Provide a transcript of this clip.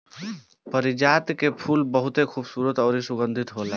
पारिजात के फूल बहुते खुबसूरत अउरी सुगंधित होला